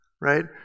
right